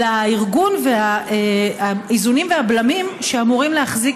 אלא הארגון והאיזונים והבלמים שאמורים להחזיק